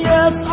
Yes